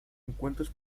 encuentros